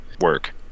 work